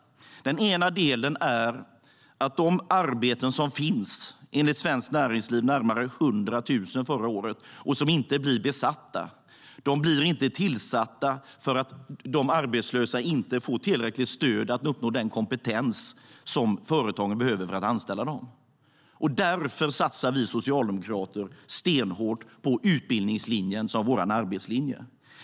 Den ena delen är att de arbeten som finns, enligt Svenskt Näringsliv närmare 100 000 förra året, och som inte blir besatta, blir inte tillsatta för att de arbetslösa inte får tillräckligt stöd att uppnå den kompetens som företagen behöver för att anställa dem. Därför satsar vi socialdemokrater stenhårt på utbildningslinjen som vår arbetslinje.